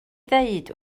ddweud